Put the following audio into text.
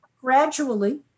gradually